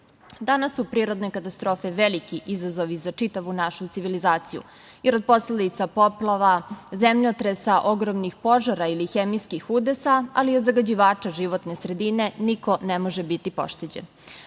su prirodne katastrofe veliki izazovi za čitavu našu civilizaciju, jer od posledica poplava, zemljotresa, ogromnih požara ili hemijskih udesa, ali i od zagađivača životne sredine, niko ne može biti pošteđen. Zato